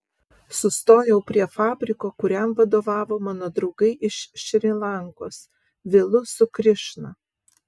sustojau prie fabriko kuriam vadovavo mano draugai iš šri lankos vilu su krišna